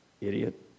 Idiot